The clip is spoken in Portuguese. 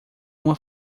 uma